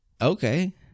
Okay